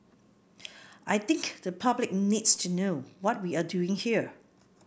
I think the public needs to know what we're doing here